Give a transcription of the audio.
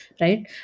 right